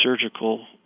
surgical